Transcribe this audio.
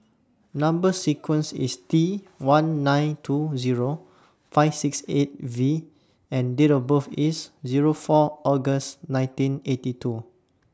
Number sequence IS T one nine two Zero five six eight V and Date of birth IS Zero four August nineteen eighty two